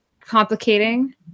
complicating